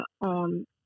on